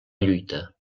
lluita